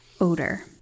odor